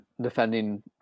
defending